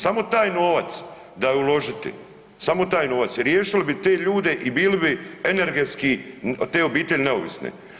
Samo taj novac da je uložiti, samo taj novac, riješili bi te ljude i bili bi energetski, te obitelji neovisne.